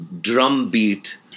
drumbeat